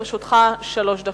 לרשותך שלוש דקות.